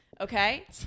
Okay